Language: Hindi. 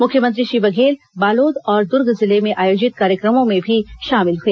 मुख्यमंत्री श्री बघेल बालोद और दुर्ग जिले में आयोजित कार्यक्रमों में भी शामिल हुए